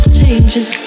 changing